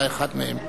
אתה אחד מהם.